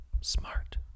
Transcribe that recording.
Smart